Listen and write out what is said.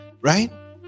right